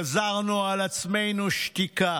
גזרנו על עצמנו שתיקה,